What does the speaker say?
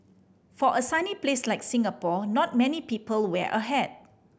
for a sunny place like Singapore not many people wear a hat